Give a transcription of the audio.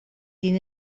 din